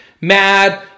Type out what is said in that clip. mad